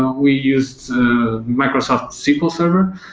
we used microsoft sql server,